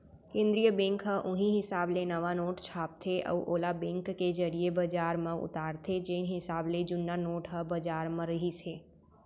केंद्रीय बेंक ह उहीं हिसाब ले नवा नोट छापथे अउ ओला बेंक के जरिए बजार म उतारथे जेन हिसाब ले जुन्ना नोट ह बजार म रिहिस हे